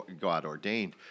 God-ordained